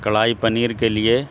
کڑھائی پنیر کے لیے